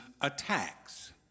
attacks